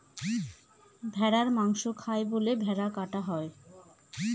ভেড়ার মাংস খায় বলে ভেড়া কাটা হয়